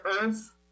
earth